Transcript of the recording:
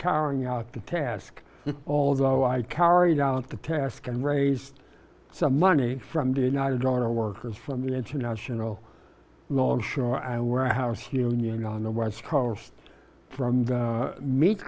carrying out the task although i carried out the task and raised some money from the united auto workers from the international longshore and warehouse union on the west coast from the m